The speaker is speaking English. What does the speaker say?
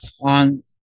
on